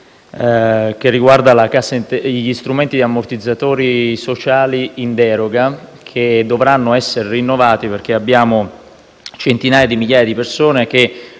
che riguarda gli ammortizzatori sociali in deroga che dovranno essere rinnovati perché abbiamo centinaia di migliaia di persone che